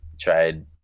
tried